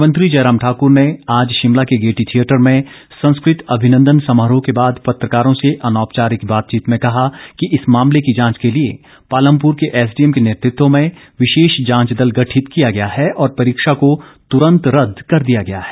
मुख्यमंत्री जयराम ठाकूर ने आज शिमला के गेयटी थियेटर में संस्कृत अभिनंदन समारोह के बाद पत्रकारों से अनौपचारिक बातचीत में कहा कि इस मामेल की जांच के लिए पालमपुर के एसडीएम के नेतृत्व में विशेष जांच दल गठित किया गया है और परीक्षा को तुरंत रदद कर दिया गया है